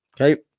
Okay